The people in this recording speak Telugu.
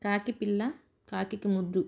కాకిపిల్ల కాకికి ముద్దు